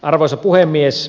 arvoisa puhemies